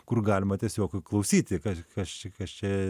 kur galima tiesiog klausyti ka kas čia kas čia